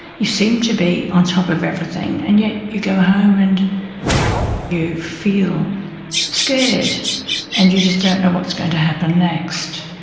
you seem to be on top of everything, and yet you go home and you feel scared and you just don't know what's going to happen next.